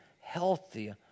healthy